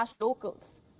locals